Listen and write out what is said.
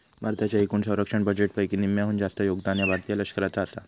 भारताच्या एकूण संरक्षण बजेटपैकी निम्म्याहून जास्त योगदान ह्या भारतीय लष्कराचा आसा